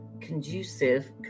conducive